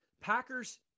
Packers